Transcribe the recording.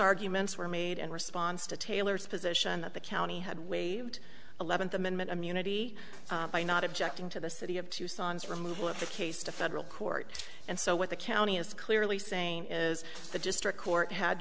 arguments were made in response to taylor's position that the county had waived eleventh amendment immunity by not objecting to the city of tucson removal of the case to federal court and so what the county is clearly saying is the district court had